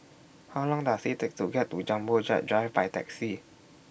How Long Does IT Take to get to Jumbo Jet Drive By Taxi